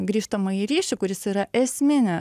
grįžtamąjį ryšį kuris yra esminė